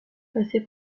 passé